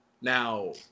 Now